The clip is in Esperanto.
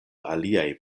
aliaj